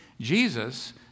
Jesus